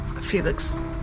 Felix